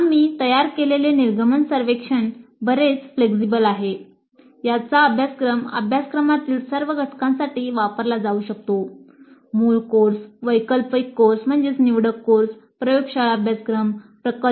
आम्ही तयार केलेले हे निर्गमन सर्वेक्षण बरेच लवचिक आहे याचा अभ्यासक्रम अभ्यासक्रमातील सर्व घटकांसाठी वापरला जाऊ शकतो मूळ कोर्स वैकल्पिक कोर्स प्रयोगशाळा अभ्यासक्रम प्रकल्प